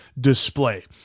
display